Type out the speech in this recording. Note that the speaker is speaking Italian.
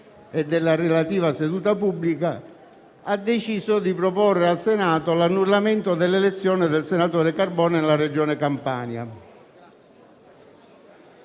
e della relativa seduta pubblica, ha deciso di proporre al Senato l'annullamento dell'elezione del senatore Carbone nella Regione Campania.